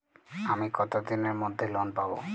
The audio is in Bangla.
আমি কতদিনের মধ্যে লোন পাব?